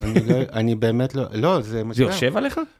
אני באמת לא. לא, זה משנה! זה יושב עליך?